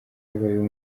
habayeho